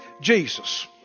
Jesus